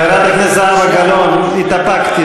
חברת הכנסת זהבה גלאון, התאפקתי.